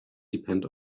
depend